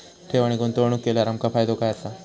ठेव आणि गुंतवणूक केल्यार आमका फायदो काय आसा?